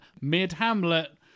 mid-Hamlet